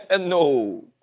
No